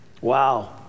wow